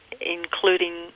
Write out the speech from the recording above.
including